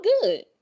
good